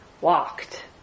walked